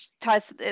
ties